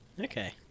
Okay